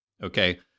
Okay